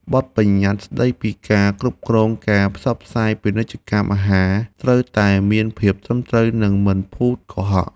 បទប្បញ្ញត្តិស្ដីពីការគ្រប់គ្រងការផ្សព្វផ្សាយពាណិជ្ជកម្មអាហារត្រូវតែមានភាពត្រឹមត្រូវ និងមិនភូតកុហក។